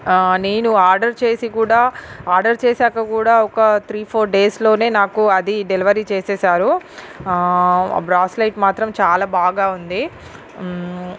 నేను ఆర్డర్ చేసి కూడా ఆర్డర్ చేశాక కూడా ఒక త్రీ ఫోర్ డేస్లోనే నాకు అది డెలివరీ చేసేశారు బ్రాస్లైట్ మాత్రం చాలా బాగా ఉంది